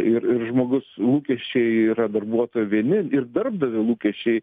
ir ir žmogus lūkesčiai yra darbuotojų vieni ir darbdavio lūkesčiai